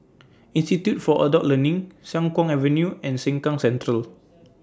Institute For Adult Learning Siang Kuang Avenue and Sengkang Central